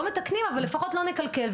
לא מתקנים, אבל לפחות לא נקלקל.